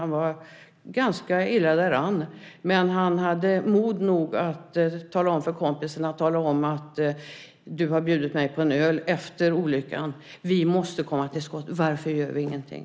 Han var ganska illa däran, men han hade mod nog att be kompisen tala om att han hade blivit bjuden på en öl efter olyckan! Vi måste komma till skott! Varför gör vi ingenting?